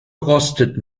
rostet